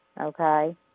Okay